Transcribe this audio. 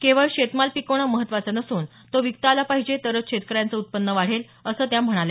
केवळ शेतमाल पिकवणं महत्वाचं नसून तो विकता आला पाहिजे तरच शेतकऱ्यांचं उत्पन्न वाढेल असं त्या म्हणाल्या